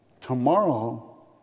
Tomorrow